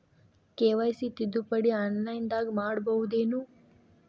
KYC ತಿದ್ದುಪಡಿ ಆನ್ಲೈನದಾಗ್ ಮಾಡ್ಬಹುದೇನು?